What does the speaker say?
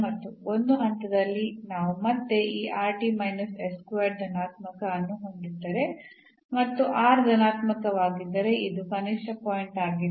ಮತ್ತು ಒಂದು ಹಂತದಲ್ಲಿ ನಾವು ಮತ್ತೆ ಈ ಧನಾತ್ಮಕ ಅನ್ನು ಹೊಂದಿದ್ದರೆ ಮತ್ತು r ಧನಾತ್ಮಕವಾಗಿದ್ದರೆ ಇದು ಕನಿಷ್ಠ ಪಾಯಿಂಟ್ ಆಗಿದೆ